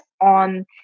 on